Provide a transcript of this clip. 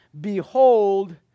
Behold